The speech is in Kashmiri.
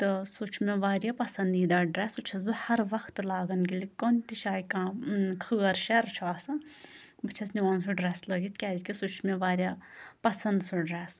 تہٕ سُہ چھُ مےٚ واریاہ پسنٛدیٖدہ ڈرٛیٚس سُہ چھیٚس بہٕ ہر وقتہٕ لاگان ییٚلہِ کُنہِ تہِ شایہِ کانٛہہ خٲر شَر چھُ آسان بہٕ چھیٚس نِوان سُہ ڈرٛیٚس لٲگِتھ کیٛازِکہِ سُہ چھُ مےٚ واریاہ پَسنٛد سُہ ڈرٛیٚس